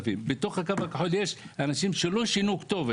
בקו הכחול יש אנשים שלא שינו כתובת